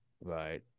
Right